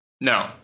No